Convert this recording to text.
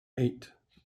eight